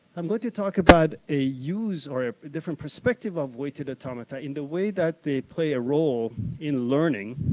i'm going to talk about a use or a different perspective of weighted automata in the way that they play a role in learning,